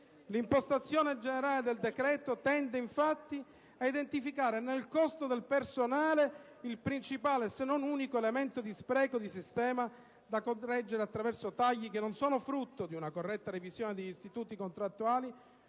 L'impostazione generale del decreto tende, infatti, ad identificare nel costo del personale il principale, se non unico, elemento di spreco di sistema, da correggere attraverso tagli che non sono frutto di una corretta revisione degli istituti contrattuali,